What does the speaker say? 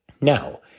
Now